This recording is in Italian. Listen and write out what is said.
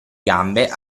gambe